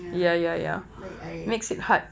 ya wait I